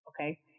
Okay